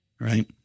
right